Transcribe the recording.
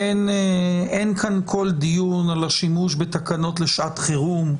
אין כאן כל דיון על השימוש בתקנות לשעת חירום,